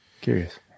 Curious